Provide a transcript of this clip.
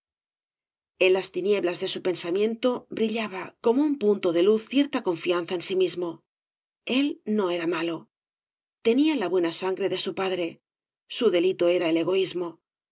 en las tinieblas de su pensamiento brillaba como un punto de luz cierta confianza en sí misrao el no era malo tenía la buena sangre de su padre su delito era el egoísmo